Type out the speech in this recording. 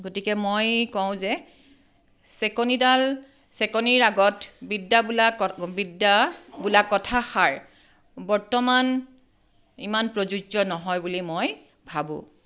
গতিকে মই কওঁ যে চেকনিডাল চেকনিৰ আগত বিদ্যা বোলা ক বিদ্যা বোলা কথাষাৰ বৰ্তমান ইমান প্ৰযোজ্য নহয় বুলি মই ভাবোঁ